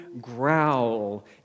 growl